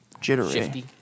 Jittery